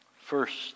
First